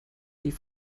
die